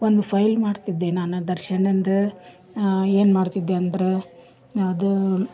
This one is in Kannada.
ಒನ್ ಫೈಲ್ ಮಾಡ್ತಿದ್ದೆ ನಾನು ದರ್ಶನಂದು ಏನು ಮಾಡ್ತಿದ್ದೆ ಅಂದ್ರೆ ಅದು